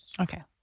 Okay